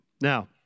Now